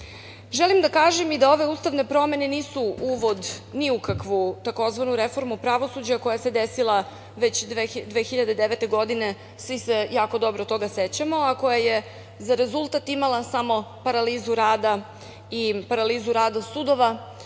da kažem i da ove ustavne promene nisu uvod ni u kakvu tzv. „reformu pravosuđa“ koja se desila već 2009. godine, svi se toga jako dobro sećamo, a koja je za rezultat imala samo paralizu rada i paralizu rada sudova,